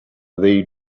they